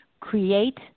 create